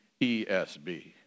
ESB